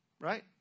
right